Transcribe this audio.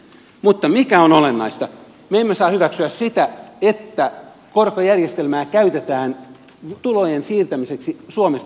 mutta mikä on olennaista on se että me emme saa hyväksyä sitä että korkojärjestelmää käytetään tulojen siirtämiseksi suomesta muualle